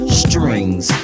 strings